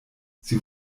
sie